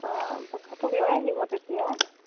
অঁ বাচ্ছাটোক লৈ আহিব তেতিয়া